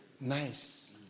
nice